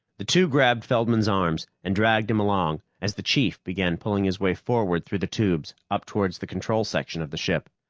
the two grabbed feldman's arms and dragged him along as the chief began pulling his way forward through the tubes up towards the control section of the ship.